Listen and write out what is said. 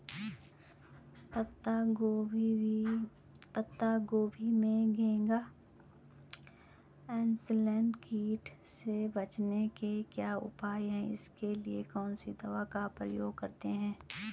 पत्ता गोभी में घैंघा इसनैल कीट से बचने के क्या उपाय हैं इसके लिए कौन सी दवा का प्रयोग करते हैं?